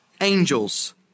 angels